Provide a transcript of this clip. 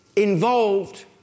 Involved